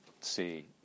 see